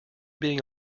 being